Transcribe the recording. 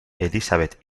elizabeth